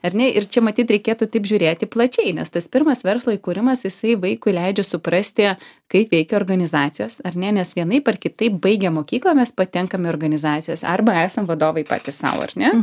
ar ne ir čia matyt reikėtų taip žiūrėti plačiai nes tas pirmas verslo įkūrimas jisai vaikui leidžia suprasti kaip veikia organizacijos ar ne nes vienaip ar kitaip baigę mokyklą mes patenkam į organizacijas arba esam vadovai patys sau ar ne